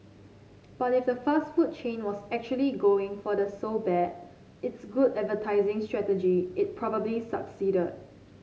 but if the fast food chain was actually going for the so bad it's good advertising strategy it probably succeeded